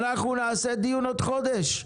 אנחנו נקיים דיון בעוד חודש.